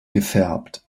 gefärbt